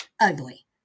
ugly